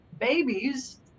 babies